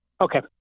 Okay